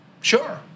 Sure